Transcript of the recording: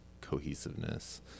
cohesiveness